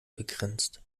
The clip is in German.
begrenzt